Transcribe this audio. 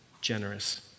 generous